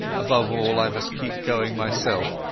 above all, i must keep going myself,